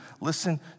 Listen